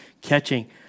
catching